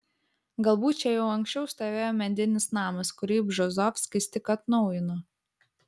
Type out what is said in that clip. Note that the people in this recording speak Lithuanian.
galbūt čia jau anksčiau stovėjo medinis namas kurį bžozovskis tik atnaujino